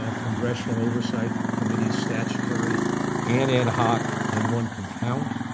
ah congressional oversight committees, statutory and ad-hoc than one can count.